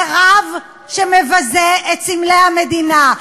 זה רב שמבזה את סמלי המדינה.